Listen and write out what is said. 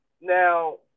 now